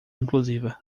inclusiva